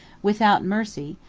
without mercy,